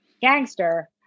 gangster